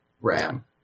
RAM